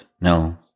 No